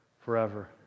forever